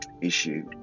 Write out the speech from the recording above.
issue